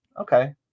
Okay